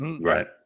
right